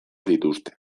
dituzte